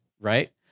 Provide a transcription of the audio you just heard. Right